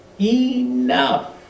enough